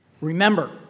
Remember